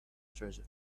treasure